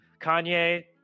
Kanye